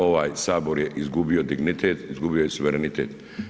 Ovaj Sabor je izgubio dignitet, izgubio je suverenitet.